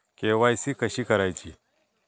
KYC कशी करायची?